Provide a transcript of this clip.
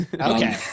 Okay